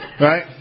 right